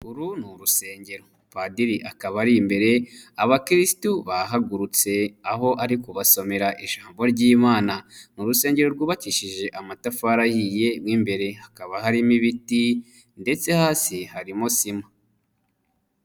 Uru ni urusengero padiri akaba ari imbere, abakirisitu bahagurutse, aho ari kubasomera ijambo ry'Imana, mu rusengero rwubakishije amatafari ahiye, mo imbere hakaba harimo ibiti ndetse hasi harimo sima.